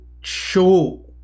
show